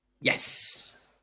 yes